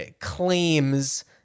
claims